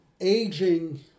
aging